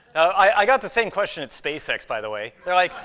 i got the same question at spacex, by the way. they're like,